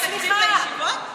בתקציב לישיבות?